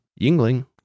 Yingling